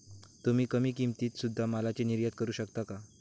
तुम्ही कमी किमतीत सुध्दा मालाची निर्यात करू शकता का